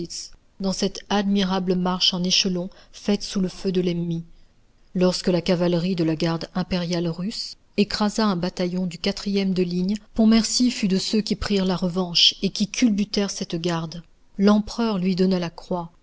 dans cette admirable marche en échelons faite sous le feu de l'ennemi lorsque la cavalerie de la garde impériale russe écrasa un bataillon du ème de ligne pontmercy fut de ceux qui prirent la revanche et qui culbutèrent cette garde l'empereur lui donna la croix